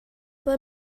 ble